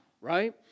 right